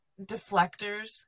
deflectors